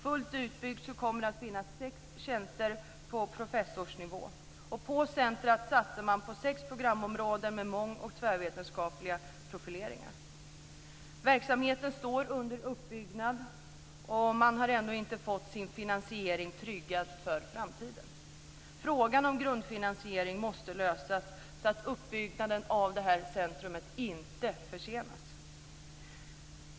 Fullt utbyggt kommer det där att finnas sex tjänster på professorsnivå. På centrumet satsar man på sex programområden med mång och tvärvetenskapliga profileringar. Verksamheten står under uppbyggnad, och man har ännu inte fått sin finansiering tryggad för framtiden. Frågan om grundfinansiering måste lösas, så att upppbyggnaden av detta centrum inte försenas.